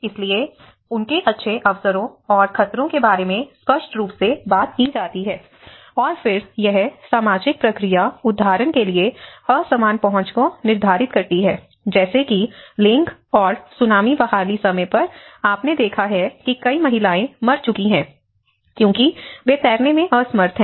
इसलिए उनके अच्छे अवसरों और खतरों के बारे में स्पष्ट रूप से बात की जाती है और फिर यह सामाजिक प्रक्रिया उदाहरण के लिए असमान पहुंच को निर्धारित करती है जैसे कि लिंग और सुनामी बहाली समय पर आपने देखा है कि कई महिलाएं मर चुकी हैं क्योंकि वे तैरने में असमर्थ हैं